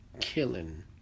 killing